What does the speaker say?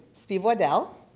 steve waddell,